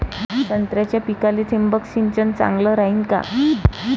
संत्र्याच्या पिकाले थिंबक सिंचन चांगलं रायीन का?